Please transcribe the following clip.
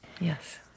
Yes